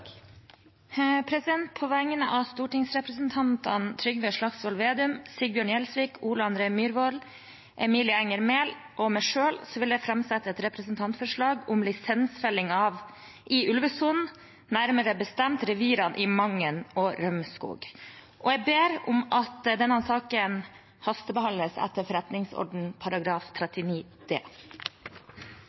På vegne av stortingsrepresentantene Trygve Slagsvold Vedum, Sigbjørn Gjelsvik, Ole André Myhrvold, Emilie Enger Mehl og meg selv vil jeg framsette et representantforslag om lisensfelling i ulvesonen, nærmere bestemt revirene i Mangen og Rømskog, og jeg ber om at denne saken hastebehandles etter forretningsordenens § 39 d.